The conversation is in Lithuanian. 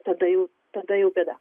tada jau tada jau bėda